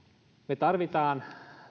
me tarvitsemme